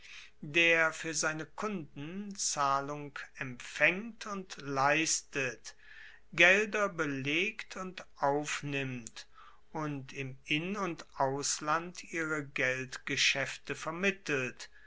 der fuer seine kunden zahlung empfaengt und leistet gelder belegt und aufnimmt und im in und ausland ihre geldgeschaefte vermittelt